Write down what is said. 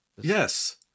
Yes